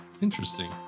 Interesting